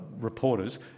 reporters